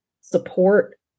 support